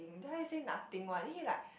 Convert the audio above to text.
~ing then I say nothing what then he like